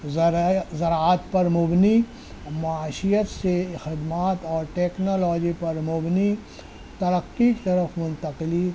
زرعے زراعت پر مبنی معاشیت سے خدمات اور ٹیکنالوجی پر مبنی ترقی کی طرف منتقلی